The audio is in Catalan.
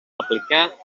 aplicar